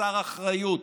כחסר אחריות.